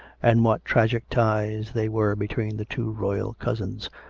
and what tragic ties they were between the two royal cousins,